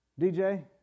DJ